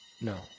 No